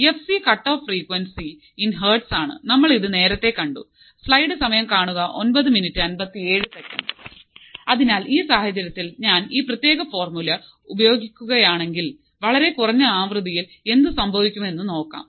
F c cut off frequency in hertz ആണ് നമ്മൾ ഇത് നേരത്തെ കണ്ടു അതിനാൽ ഈ സാഹചര്യത്തിൽ ഞാൻ ഈ പ്രത്യേക ഫോർമുല ഉപയോഗിക്കുകയാണെങ്കിൽ വളരെ കുറഞ്ഞ ആവൃത്തിയിൽ എന്ത് സംഭവിക്കുമെന്ന് നോക്കാം